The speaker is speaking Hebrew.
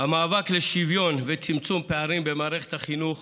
המאבק לשוויון ולצמצום פערים במערכת החינוך